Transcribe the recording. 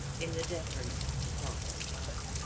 in the deference of the passers by.